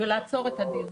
ולעצור את הדיון.